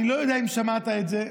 אני לא יודע אם שמעת את זה,